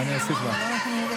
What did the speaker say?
אני אוסיף לך.